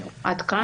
עד כאן.